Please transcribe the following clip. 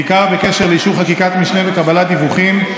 בעיקר בקשר לאישור חקיקת משנה וקבלת דיווחים,